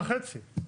חודשיים וחצי.